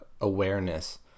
awareness